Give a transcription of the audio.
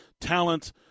talent